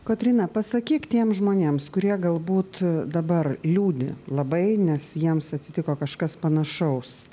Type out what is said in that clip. kotryna pasakyk tiems žmonėms kurie galbūt dabar liūdi labai nes jiems atsitiko kažkas panašaus